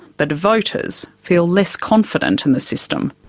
but voters feel less confident in the system.